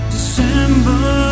December